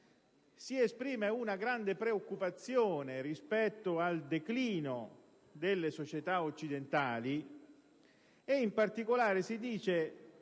si esprime preoccupazione rispetto al declino delle società occidentali e, in particolare, rispetto